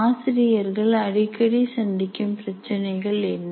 ஆசிரியர்கள் அடிக்கடி சந்திக்கும் பிரச்சினைகள் என்ன